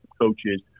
coaches